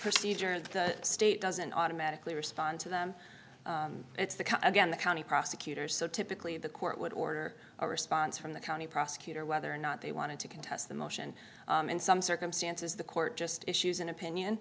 procedure and the state doesn't automatically respond to them it's the kind again the county prosecutor so typically the court would order a response from the county prosecutor whether or not they wanted to contest the motion in some circumstances the court just issues an opinion